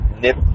nip